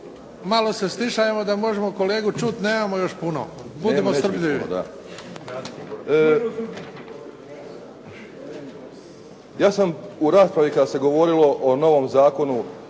malo se stišajmo da možemo kolegu čuti, nemamo još puno, budimo strpljivi./… Ja sam u raspravi kada se govorilo o novom zakonu,